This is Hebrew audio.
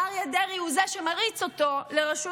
אריה דרעי הוא זה שמריץ אותו לראשות